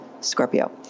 Scorpio